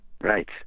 Right